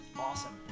awesome